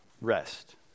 rest